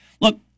Look